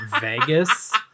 Vegas